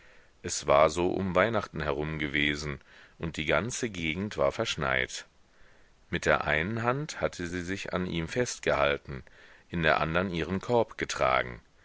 es war so um weihnachten herum gewesen und die ganze gegend war verschneit mit der einen hand hatte sie sich an ihm festgehalten in der andern ihren korb getragen